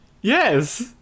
Yes